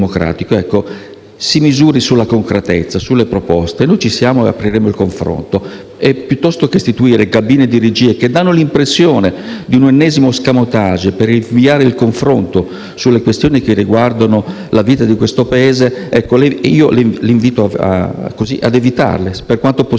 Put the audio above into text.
si misuri sulla concretezza e sulle proposte - noi ci siamo e apriremo il confronto - piuttosto che istituire cabine di regia, che danno l'impressione di un ennesimo *escamotage* per rinviare il confronto sulle questioni che riguardano la vita del Paese. La invito ad evitarle: per quanto possibile,